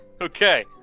okay